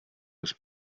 des